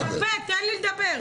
תן לי לדבר.